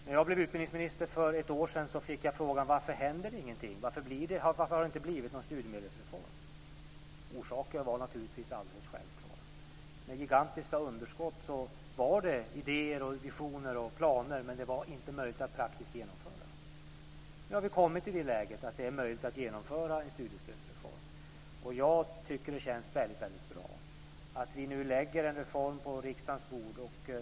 När jag blev utbildningsminister för ett år sedan fick jag frågan: Varför händer det ingenting? Varför har det inte blivit någon studiemedelsreform? Orsaken var naturligtvis alldeles självklar. Med gigantiska underskott fanns det idéer, visioner och planer, men det var inte möjligt att praktiskt genomföra dem. Nu har vi kommit i det läget att det är möjligt att genomföra en studiestödsreform. Jag tycker att det känns väldigt bra att vi nu lägger en reform på riksdagens bord.